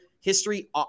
History